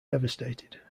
devastated